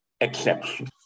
exception